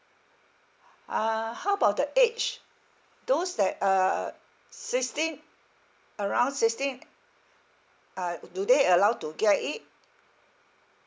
uh how about the age those that uh sixteen around sixteen uh do they allow to get it